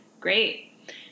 great